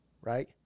Right